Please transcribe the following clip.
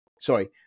sorry